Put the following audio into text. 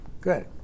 Good